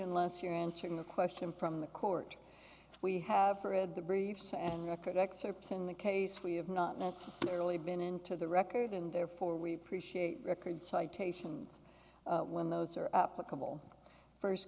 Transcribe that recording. unless you're answering the question from the court we have for read the briefs and record excerpts in the case we have not necessarily been into the record and therefore we appreciate record citations when those are a couple first